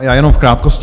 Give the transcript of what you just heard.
Já jenom v krátkosti.